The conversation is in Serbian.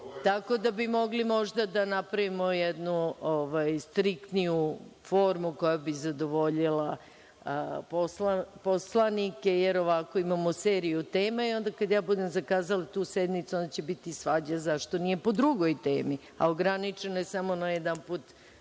Tako da bi mogli možda da napravimo jednu striktniju formu koja bi zadovoljila poslanike, jer ovako imamo seriju tema i onda kada ja budem zakazala tu sednicu, onda će biti svađe zašto nije po drugoj temi, a ograničeno je na samo jedanput